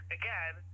again